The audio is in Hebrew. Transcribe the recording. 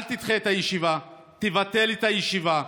אל תדחה את הישיבה, תבטל את הישיבה.